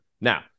Now